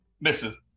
misses